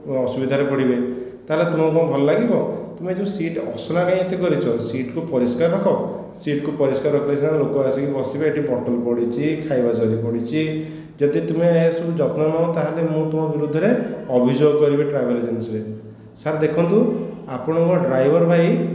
ଅସୁବିଧାରେ ପଡ଼ିବେ ତା'ହେଲେ ତୁମକୁ କ'ଣ ଭଲ ଲାଗିବ ତୁମେ ଯେଉଁ ସିଟ ଅସନା କାଇଁ ଏତେ କରିଛ ସିଟକୁ ପରିଷ୍କାର ରଖ ସିଟକୁ ପରିସ୍କାର ରଖିଲେ ସିନା ଲୋକ ଆସିକି ବସିବେ ଏଇଠି ବଟଲ ପଡ଼ିଛି ଖାଇବା ଜରି ପଡ଼ିଛି ଯଦି ତୁମେ ଏହାସବୁ ଯତ୍ନ ନ ନେବ ତା'ହେଲେ ମୁଁ ତୁମ ବିରୁଦ୍ଧରେ ଅଭିଯୋଗ କରିବି ଟ୍ରାଭେଲ ଏଜେନ୍ସିରେ ସାର୍ ଦେଖନ୍ତୁ ଆପଣଙ୍କ ଡ୍ରାଇଭର ଭାଇ